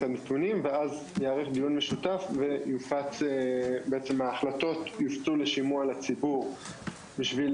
הנתונים ואז ייערך דיון משותף וההחלטות יופצו לשימוע לציבור בשביל